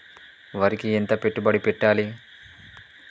వరికి ఎంత పెట్టుబడి పెట్టాలి?